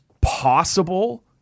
possible